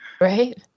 right